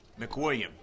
McWilliam